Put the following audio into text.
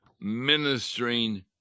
ministering